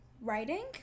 writing